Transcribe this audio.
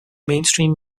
mainstream